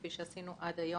כפי שעשינו עד היום,